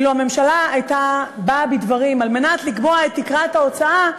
לו באה הממשלה בדברים על מנת לקבוע את תקרת ההוצאה,